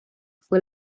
fue